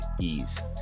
ease